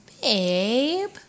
Babe